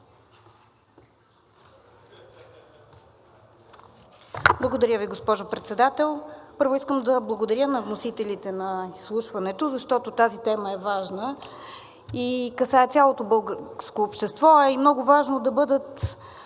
Благодаря Ви, госпожо Председател. Първо искам да благодаря на вносителите на изслушването, защото тази тема е важна и касае цялото българско общество, а е и много важно да бъдат